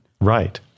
right